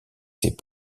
ses